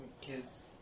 Kids